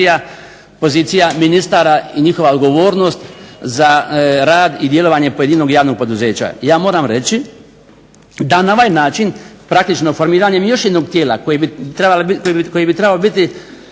pozicija ministara i njihova odgovornost za rad i djelovanje pojedinog javnog poduzeća. Ja moram reći da na ovaj način praktično formiranjem još jednog tijela koje bi trebalo biti